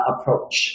approach